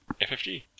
FFG